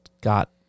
got